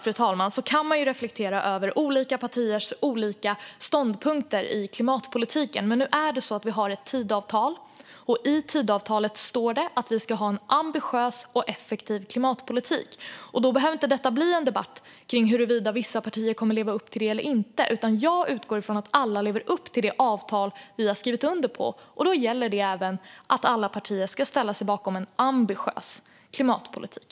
Utöver detta kan man reflektera över olika partiers olika ståndpunkter i klimatpolitiken. Men nu finns Tidöavtalet, och i det står det att vi ska ha en ambitiös och effektiv klimatpolitik. Det behöver inte bli en debatt om huruvida vissa partier kommer att leva upp till det eller inte, för jag utgår från att alla lever upp till det avtal vi har skrivit under på. Då gäller att alla partier ska ställa sig bakom en ambitiös klimatpolitik.